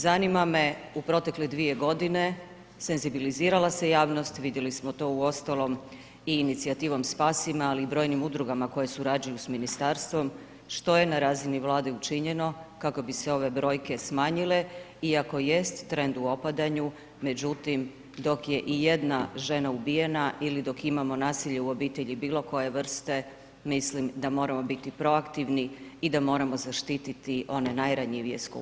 Zanima me u protekle 2 g. senzibilizirala se javnost, vidjeli smo to uostalom i inicijativom Spasi me ali i brojnim udrugama, koje surađuju s ministarstvom, što je na razini vlade učinjeno, kako bi se ove brojke smanjile, iako jest trend u opadanju, međutim, dok je ijedna žena ubijena ili dok imamo nasilje u obitelji, bilo koje vrste, mislim da moramo biti proaktivni i da moramo zaštiti one najranjivije skupine.